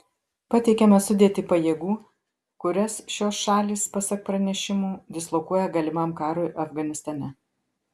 pateikiame sudėtį pajėgų kurias šios šalys pasak pranešimų dislokuoja galimam karui afganistane